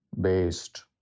Based